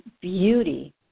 beauty